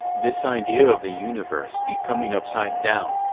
this idea of the universe becoming upside down.